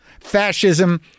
fascism